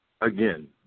Again